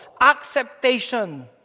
acceptation